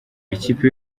ikipe